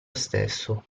stesso